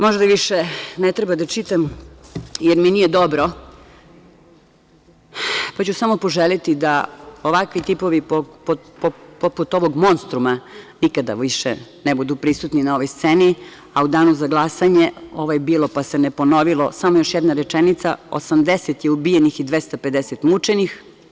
Možda više ne treba da čitam, jer mi nije dobro, pa ću samo poželeti da ovakvi tipovi, poput ovog monstruma, više nikad ne budu prisutni na ovoj sceni, ovo je bilo pa se ne ponovilo, samo još jedna rečenica, 80 ubijenih i 250 mučenih.